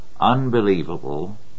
unbelievable